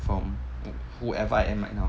from whoever I am right now